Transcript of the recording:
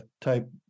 type